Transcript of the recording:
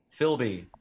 Philby